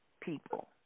people